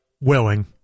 Willing